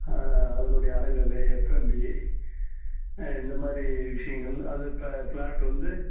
அதனுடைய அடங்கல் எஃப்எம்பி இந்த மாதிரி விஷயங்கள் அது இப்போ ஃபிளாட் வந்து